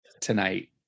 tonight